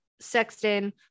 Sexton